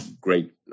great